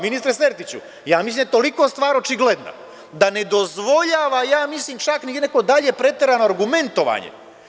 Ministre Sertiću, mislim da je toliko stvar očigledna da ne dozvoljava čak ni nekako dalje preterano argumentovanje.